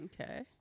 Okay